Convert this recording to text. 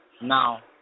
Now